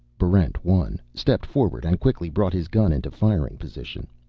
barrent one, stepped forward and quickly brought his gun into firing position.